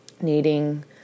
needing